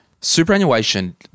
Superannuation